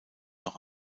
noch